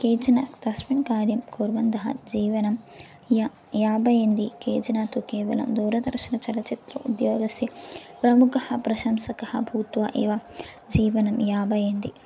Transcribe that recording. केचन तस्मिन् कार्यं कुर्वन्तः जीवनं या यापयन्ति केचन तु केवलं दूरदर्शनचलच्चित्र उद्योगस्य प्रमुखः प्रशंसकः भूत्वा एव जीवनं यापयन्ति